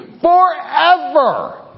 forever